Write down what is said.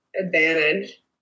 advantage